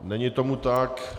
Není tomu tak.